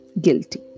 guilty